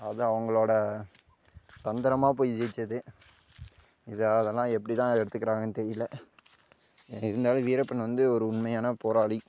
அது அவங்களோட தந்தரமாக போய் ஜெயிச்சது இதானல தான் எப்படி தான் எடுத்துக்கிறாங்கன்னு தெரியல இருந்தாலும் வீரப்பன் வந்து ஒரு உண்மையான போராளி